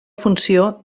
funció